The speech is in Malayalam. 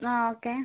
ആ ഓക്കേ